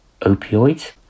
opioids